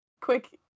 quick